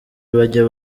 bajya